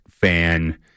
fan